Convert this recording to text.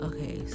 Okay